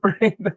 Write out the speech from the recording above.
Right